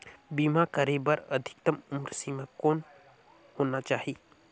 बीमा करे बर अधिकतम उम्र सीमा कौन होना चाही?